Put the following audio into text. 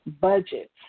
budget